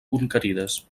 conquerides